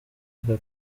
aka